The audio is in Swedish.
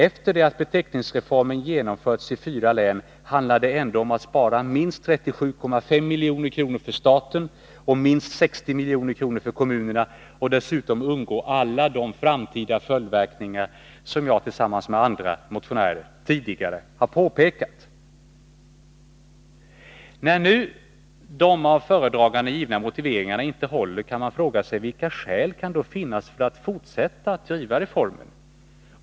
Efter det att beteckningsreformen genomförts i fyra län handlar det ändå om att spara minst 37,5 milj.kr. för staten och minst 60 milj.kr. för kommunerna och att dessutom undgå alla de framtida följdverkningar som jag tillsammans med andra motionärer tidigare har påpekat. När nu de av föredraganden givna motiveringarna inte håller, kan man fråga sig: Vilka skäl kan då finnas för att fortsätta att driva reformen?